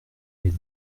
est